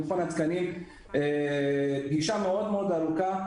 במכון התקנים לפגישה מאוד מאוד ארוכה.